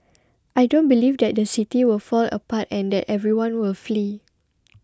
I don't believe that the City will fall apart and that everyone will flee